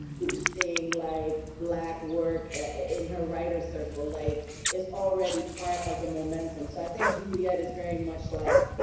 boosting like, black work in her writer's circle, like it's already part of the momentum. so i think juliet is very much like,